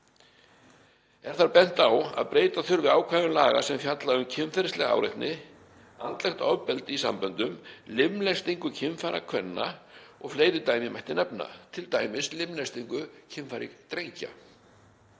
Er þar bent á að breyta þurfi ákvæðum laga sem fjalla um kynferðislega áreitni, andlegt ofbeldi í samböndum, limlestingu kynfæra kvenna og fleiri dæmi mætti nefna, t.d. limlestingu kynfæra drengja.